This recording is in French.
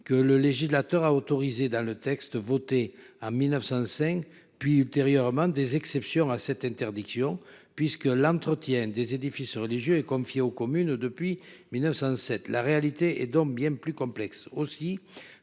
que le législateur a autorisé dans le texte voté en 1905 puis ultérieurement des exceptions à cette interdiction, puisque l'entretien des édifices religieux et confiée aux communes depuis 1907, la réalité est donc bien plus complexe. Aussi,